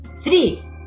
Three